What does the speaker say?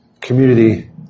community